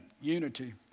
unity